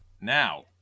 Now